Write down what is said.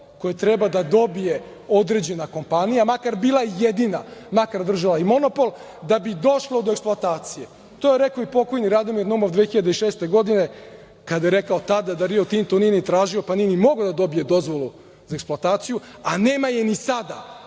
koje treba da dobije određena kompanija, makar bila jedina, makar držala i monopol, da bi došlo do eksploatacije. To je rekao i pokojni Radomir Naumov 2006. godine kada je rekao tada – da „Rio Tinto“ nije ni tražio, pa nije ni mogao da dobije dozvolu za eksploataciju, a nema je ni sada.